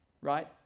right